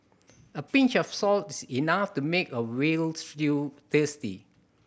a pinch of salt is enough to make a veal stew tasty